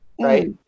right